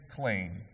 clean